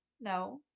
No